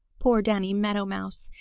poor danny meadow mouse!